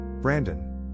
Brandon